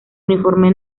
uniforme